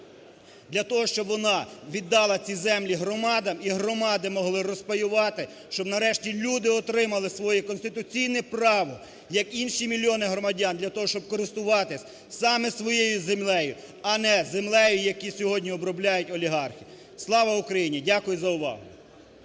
для того, щоб вона віддала ці землі громадам і громади могли розпаювати, щоб нарешті люди отримали своє конституційне право як інші мільйони громадян для того, щоб користуватись саме своєю землею, а не землею, яку сьогодні обробляють олігархи. Слава Україні! Дякую за увагу.